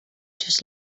just